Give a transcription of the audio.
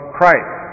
Christ